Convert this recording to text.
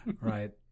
Right